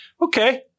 Okay